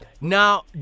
Now